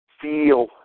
feel